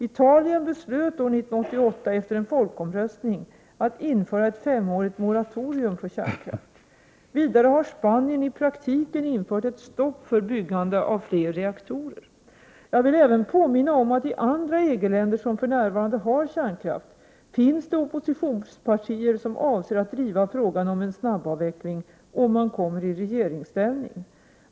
Italien beslöt år 1988 efter en folkomröstning att införa ett femårigt moratorium för kärnkraft. Vidare har Spanien i praktiken infört ett stopp för byggande av fler reaktorer. Jag vill även påminna om att i andra EG-länder, som för närvarande har kärnkraft, finns det oppositionspartier som avser att driva frågan om en snabbavveckling om man kommer i regeringsställning.